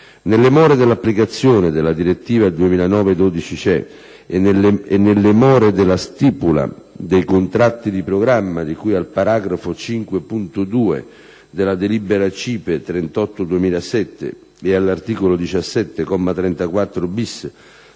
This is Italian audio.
Nelle more dell'applicazione della direttiva 2009/12/CE e nelle more della stipula dei contratti di programma di cui al paragrafo 5.2 della delibera CIPE n. 38 del 2007 ed all'articolo 17,